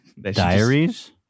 diaries